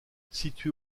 situé